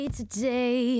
today